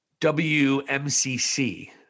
WMCC